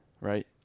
right